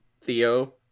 Theo